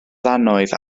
ddannoedd